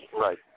Right